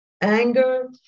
anger